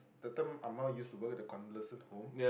the term ah ma used to work at a condolence home